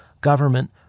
government